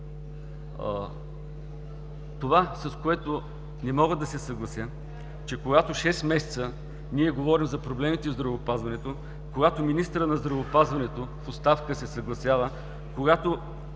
Това, с което не мога да се съглася, е, че когато шест месеца ние говорим за проблемите в здравеопазването, когато министърът на здравеопазването в оставка се съгласява, когато